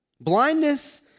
Blindness